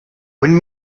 when